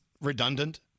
Redundant